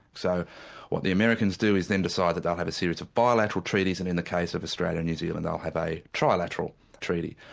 so what the americans do is then decide that they'll have a series of bilateral treaties and in the case of australia-new zealand, they'll have a trilateral treaty.